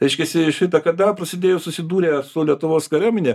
reiškiasi šitą kada prasidėjo susidūrė su lietuvos kariuomine